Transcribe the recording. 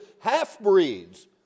half-breeds